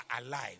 alive